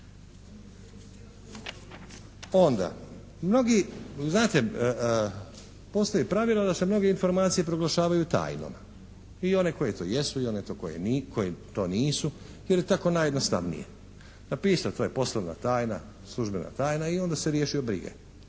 Onda, znate postoji pravilo da se mnoge informacije proglašavaju tajnima, i one koje to jesu i one koje to nisu jer je tako najjednostavnije. Napisati to je poslovna tajna, službena tajna i onda se riješio brige.